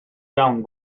iawn